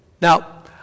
Now